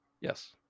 Yes